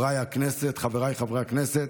חבריי חברי הכנסת,